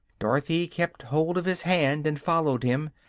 dorothy kept hold of his hand and followed him,